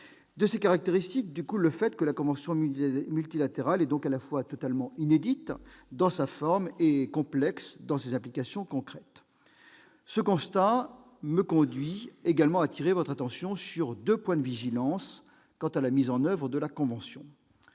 De ces caractéristiques découle le fait que la convention multilatérale est à la fois totalement inédite dans sa forme et complexe dans ses implications concrètes. Ce constat me conduit également à attirer votre attention sur deux points de vigilance quant à la mise en oeuvre de la convention.